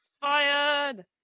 fired